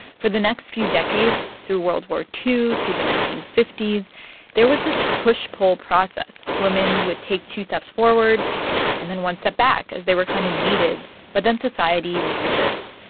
for the next few decades through world war ii, through the nineteen fifty s there was this push-pull process. women would take two steps forward and then one step back as they were kind of needed. but then society would resist.